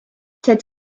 ted